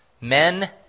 men